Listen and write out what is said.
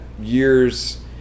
years